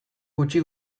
gutxi